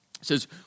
says